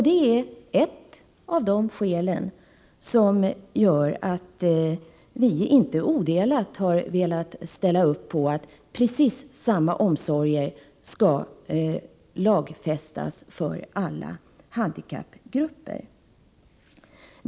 Det är ett av skälen till att vi inte odelat har velat ställa upp på att precis samma omsorger skall lagfästas för alla handikappgrupper.